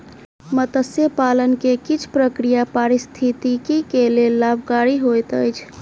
मत्स्य पालन के किछ प्रक्रिया पारिस्थितिकी के लेल लाभकारी होइत अछि